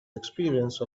experience